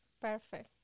perfect